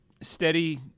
Steady